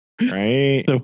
right